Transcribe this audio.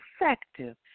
effective